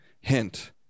hint